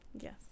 Yes